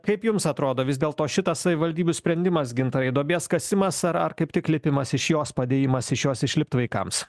kaip jums atrodo vis dėlto šitas savivaldybių sprendimas gintarai duobės kasimas ar kaip tik lipimas iš jos padėjimas iš jos išlipt vaikams